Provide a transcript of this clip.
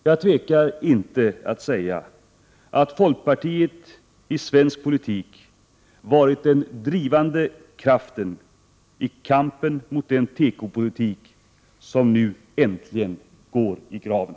Jag tvekar inte att säga att folkpartiet har varit den drivande kraften i kampen mot den tekopolitik som nu äntligen går i graven.